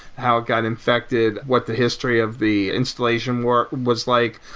how it got infected, what the history of the installation work was like,